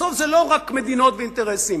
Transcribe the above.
בסוף זה לא רק מדינות ואינטרסים.